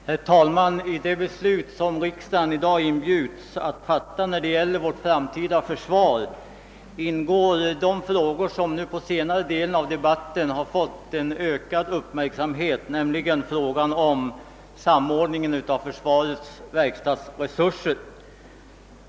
Herr talman! I det beslut som riksdagen i dag inbjuds att fatta beträffande vårt framtida försvar ingår bland de frågor, som under den senare delen av debatten har tilldragit sig ökad uppmärksamhet, frågan om försvarets verkstadsresurser.